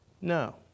No